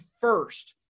first